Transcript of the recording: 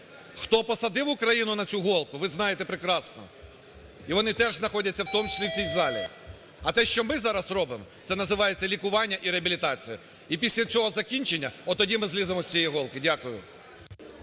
Хто посадив Україну на цю голку, ви знаєте прекрасно, і вони теж знаходяться, в тому числі в цій залі. А те, що ми зараз робимо, це називається лікування і реабілітація. І після цього закінчення, от тоді ми злізимо з цієї голки. Дякую.